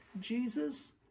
Jesus